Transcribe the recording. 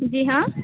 جی ہاں